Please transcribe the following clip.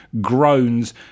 groans